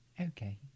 okay